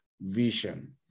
vision